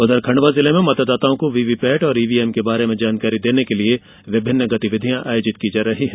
उधर खंडवा जिले में मतदाताओं को वीवीपैट और ईवीएम के बारे में जानकारी देने के लिए विभिन्न गतिविधियां आयोजित की जा रही है